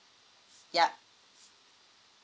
yup